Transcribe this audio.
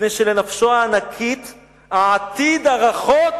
מפני שלנפשו הענקית העתיד הרחוק